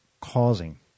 causing